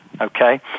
okay